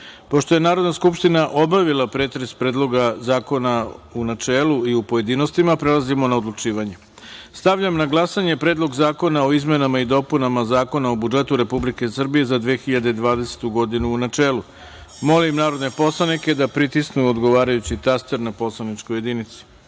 je Narodna skupština obavila pretres Predloga zakona u načelu i u pojedinostima, prelazimo na odlučivanje. Stavljam na glasanje Predlog zakona o izmenama i dopunama Zakona o budžetu Republike Srbije za 2020. godinu, u načelu. Molim narodne poslanike da pritisnu odgovarajući taster na poslaničkoj jedinici. Podsećam